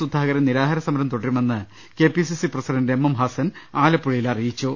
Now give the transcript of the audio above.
സുധാകരൻ നിരാഹാര സമരം തുടരുമെന്ന് കെപിസിസി പ്രസിഡണ്ട് എംഎം ഹസൻ ആലപ്പുഴയിൽ അറിയിച്ചു